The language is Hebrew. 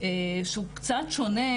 שהוא קצת שונה,